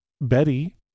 Betty